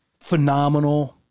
phenomenal